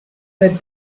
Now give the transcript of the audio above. let